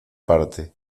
parte